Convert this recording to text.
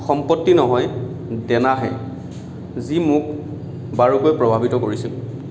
সম্পত্তি নহয় দেনাহে যি মোক বাৰুকৈ প্ৰভাৱিত কৰিছিল